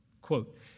Quote